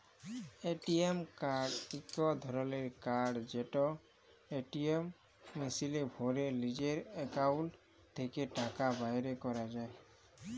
ATM card ইক ধরলের card যেট এটিএম মেশিলে ভ্যরে লিজের একাউল্ট থ্যাকে টাকা বাইর ক্যরা যায়